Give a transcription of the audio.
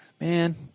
man